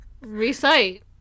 recite